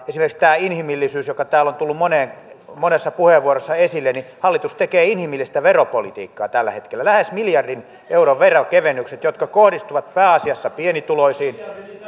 esimerkiksi tämä inhimillisyys joka täällä on tullut monessa puheenvuorossa esille hallitus tekee inhimillistä veropolitiikkaa tällä hetkellä lähes miljardin euron veronkevennykset jotka kohdistuvat pääasiassa pienituloisiin